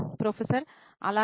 professor అలాగే